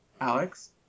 Alex